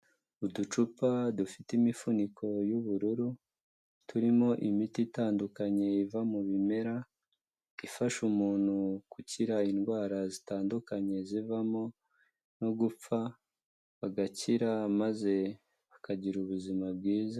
Uducupa dufite imifuniko y'ubururu, turimo imiti itandukanye iva mu bimera ifasha umuntu gukira indwara zitandukanye zivamo no gupfa, bagakira maze bakagira ubuzima bwiza.